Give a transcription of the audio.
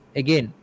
again